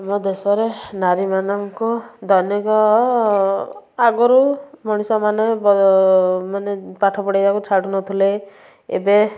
ଆମ ଦେଶରେ ନାରୀମାନଙ୍କୁ ଦୈନିକ ଆଗରୁ ମଣିଷ ମାନେ ବ ମାନେ ପାଠ ପଢ଼ିବାକୁ ଛାଡ଼ୁ ନ ଥିଲେ ଏବେ